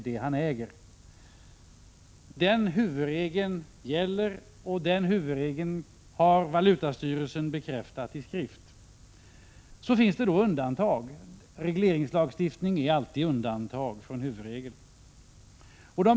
Det är den huvudregel som gäller, och den har valutastyrelsen bekräftat i skrift. Så finns det undantag. Regleringslagstiftning är alltid undantag från huvudregeln.